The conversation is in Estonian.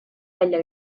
välja